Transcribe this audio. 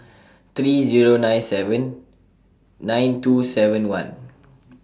three Zero nine seven nine two seven one